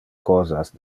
cosas